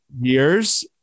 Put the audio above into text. years